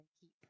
keep